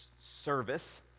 service